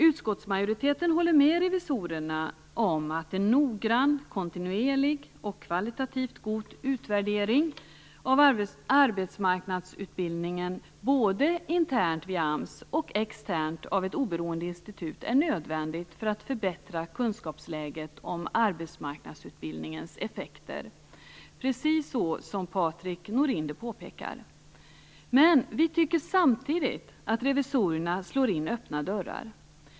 Utskottsmajoriteten håller med revisorerna om att en noggrann, kontinuerlig och kvalitativt god utvärdering av arbetsmarknadsutbildningen, både internt via AMS och externt av ett oberoende institut, är nödvändig för att förbättra kunskapen om arbetsmarknadsutbildningens effekter, precis som Patrik Norinder påpekar. Vi tycker samtidigt att revisorerna slår in öppna dörrar.